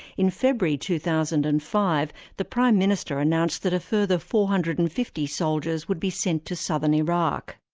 in february two thousand and five the prime minister announced that a further four hundred and fifty soldiers would be sent to southern iraq.